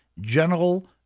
general